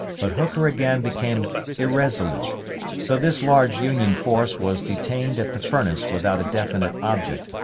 but hooker again became irresolute so this large union force was detained at the furnace without a definite object,